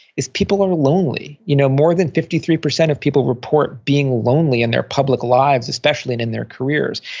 is people are lonely. you know more than fifty three percent of people report being lonely in their public lives, especially in in their careers.